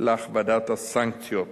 להכבדת הסנקציות.